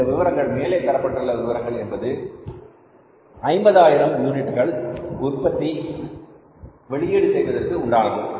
இந்த விபரங்கள் மேலே தரப்பட்ட விவரங்கள் என்பது 50000 யூனிட்டுகள் உற்பத்தி வெளியீடு செய்வதற்கு உண்டானது